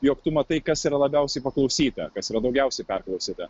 jog tu matai kas yra labiausiai paklausyta kas yra daugiausiai perklausyta